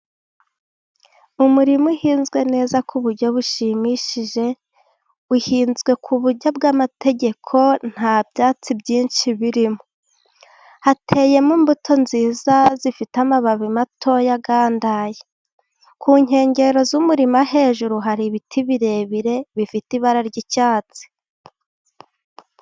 Umurima uhinzwe neza ku buryo bushimishije, uhinzwe ku buryo bw'amategeko nta byatsi byinshi birimo. Hateyemo imbuto nziza zifite amababi mato agandaye, ku nkengero z'umurima hejuru hari ibiti birebire bifite ibara ry'icyatsi.